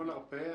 לא נרפה.